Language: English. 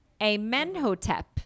amenhotep